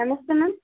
ನಮಸ್ತೆ ಮ್ಯಾಮ್